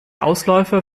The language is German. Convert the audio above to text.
ausläufer